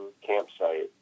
campsite